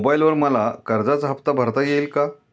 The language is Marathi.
मोबाइलवर मला कर्जाचा हफ्ता भरता येईल का?